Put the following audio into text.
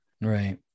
Right